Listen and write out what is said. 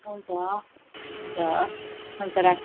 हुन्छ हुन्छ हुन्छ राखेँ